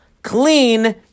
Clean